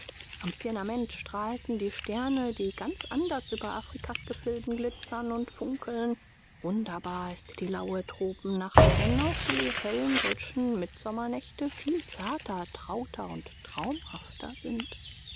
am firmament strahlten die sterne die ganz anders über afrikas gefilden glitzern und funkeln wunderbar ist die laue tropennacht wenn auch die hellen deutschen mittsommernächte viel zarter trauter und traumhafter sind